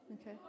Okay